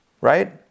right